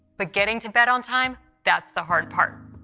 but getting to bed on time, that's the hard part.